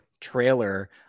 trailer